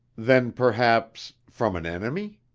then perhaps from an enemy?